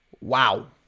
Wow